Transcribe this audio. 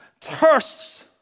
thirsts